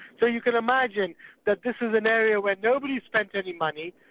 so you can imagine that this is an area where nobody spent any money,